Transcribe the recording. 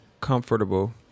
comfortable